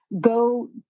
go